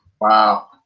Wow